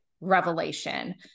revelation